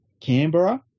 Canberra